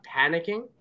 panicking